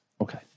Okay